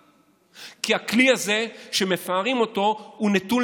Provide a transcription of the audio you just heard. כי הכלי הזה שמפארים אותו הוא נטול